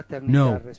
No